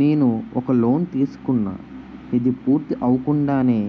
నేను ఒక లోన్ తీసుకున్న, ఇది పూర్తి అవ్వకుండానే